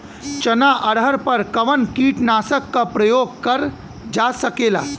चना अरहर पर कवन कीटनाशक क प्रयोग कर जा सकेला?